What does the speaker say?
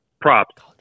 Props